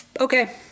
okay